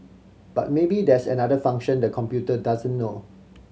but maybe there's another function the computer doesn't know